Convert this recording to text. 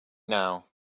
now